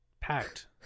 Packed